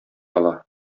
ала